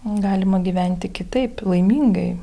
galima gyventi kitaip laimingai